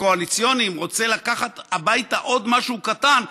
הקואליציוניים רוצה לקחת הביתה עוד משהו קטן,